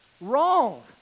Wrong